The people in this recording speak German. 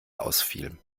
ausfiel